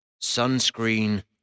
sunscreen